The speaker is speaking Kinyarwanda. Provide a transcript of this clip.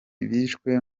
bishwe